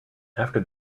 after